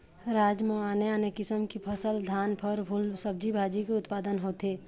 राज म आने आने किसम की फसल, धान, फर, फूल, सब्जी भाजी के उत्पादन होथे